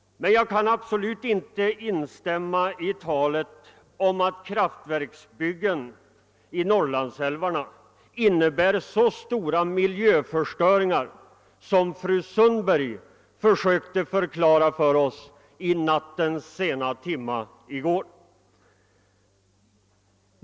Men jag kan absolut inte instämma i talet om att kraftverksbyggen i Norrlandsälvarna innebär så stora miljöförstöringar som fru Sundberg försökte förklara för oss i natt.